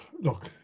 look